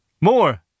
More